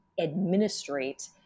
administrate